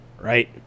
right